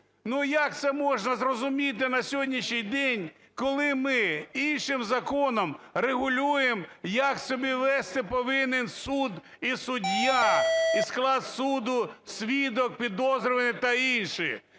Ну як це можна зрозуміти на сьогоднішній день, коли ми іншим законом регулюємо, як себе вести повинен суд і суддя, і склад суду, свідок, підозрюваний та інші?